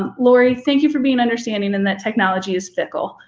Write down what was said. um laurie, thank you for being understanding in that technology is fickle.